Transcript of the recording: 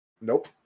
Nope